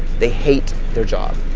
they hate their job.